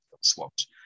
swapped